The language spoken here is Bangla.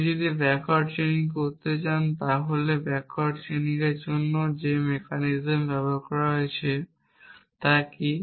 আমি যদি ব্যাকওয়ার্ড চেইনিং করতে চাই তাহলে ব্যাকওয়ার্ড চেইনিং করার জন্য যে মেকানিজম ব্যবহার করা হয়েছে তা কি